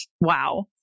wow